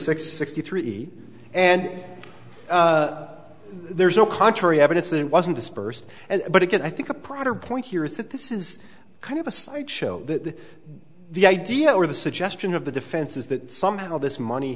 six sixty three and there's no contrary evidence that it wasn't dispersed and but again i think a proper point here is that this is kind of a side show that the idea or the suggestion of the defense is that somehow this money